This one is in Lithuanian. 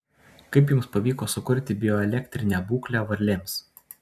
kaip jums pavyko sukurti bioelektrinę būklę varlėms